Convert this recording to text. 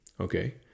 Okay